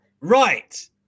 right